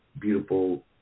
beautiful